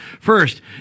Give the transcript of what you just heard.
first